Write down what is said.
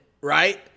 right